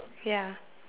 ya